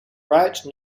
write